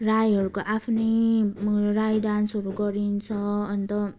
राईहरूको आफ्नै राई डान्सहरू गरिन्छ अन्त